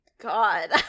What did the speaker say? god